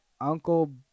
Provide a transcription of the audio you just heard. Uncle